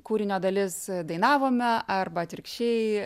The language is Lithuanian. kūrinio dalis dainavome arba atvirkščiai